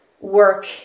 work